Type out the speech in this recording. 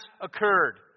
occurred